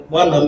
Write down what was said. one